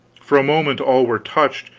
for a moment all were touched,